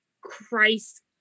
Christ